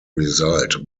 result